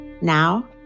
Now